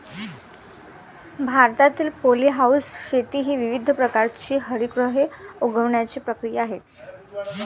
भारतातील पॉलीहाऊस शेती ही विविध प्रकारची हरितगृहे उगवण्याची प्रक्रिया आहे